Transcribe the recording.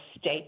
State